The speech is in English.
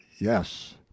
yes